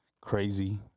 crazy